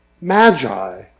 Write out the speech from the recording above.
magi